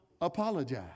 apologize